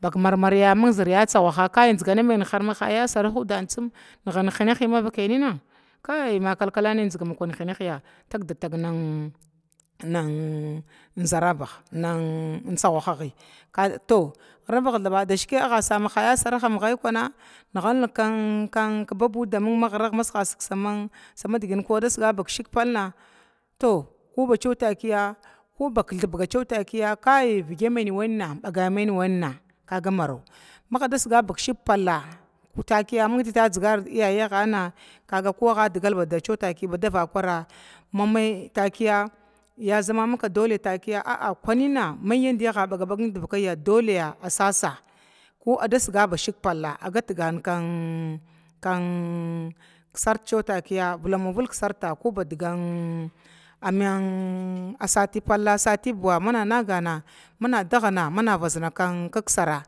Bak marmariya ung zərya tsagwaha kai zigana mainin har mahaya ya saraha udan tsum naganig hinahia dənvakai nina kai ma kal kalan biziganhinahini tagdatag zarabaha nin nin tsagaha, to girava dashike sama kisa ya saraha am gai kuna nigal nig kan kan babuda masiga sig daman digina komaga siga ba shig palla, to koba cəwa takiya ko thbga cewa takiya kai vigimain wanna wanna kaga maraw, ko agga saga ba shig pallana to ko becewa takiya thba cewa takiya kai vigi main wanna baga main konna kaga maraw maga dasiga bak shig palla mun digi a zigar digit dzigar da yayiga na koga digal ba cedda taki a digal bada vakwra mai takiya ya zama maka dole takiya a'a kunina mai digi agga bag bag nin divakaiyi dole agga sasa ko adda siga ba shig palla, agatgan kan kan sarti cewa takiya vulanwa vilg sarta kobadigan ko sati palla ko sati buwa mana nagana mana dagaha vazna kisra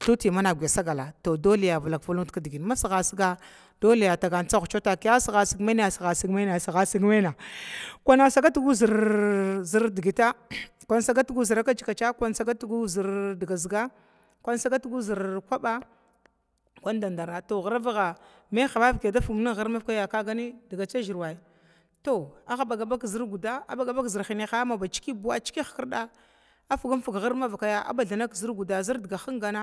thuti mana sagala, to dole vilk vilnuda masiga dole tagan tsaguga takiya siga sig maina siga sig maina kuna da gatgu zirdigita kun da gatgu zər kac kaca kun gatgu zər diga ziga kun dagatu zər kuba, kun dadara to giravaga mai vavaki adda figim nin gir invakaya ka kagani diga tsazirwa, to agga bagya baga zərguda hinaha ciki buwa ko ciki hikrda afginu fig hir aimvakaya abathnan zər guda zər diga guda hingana.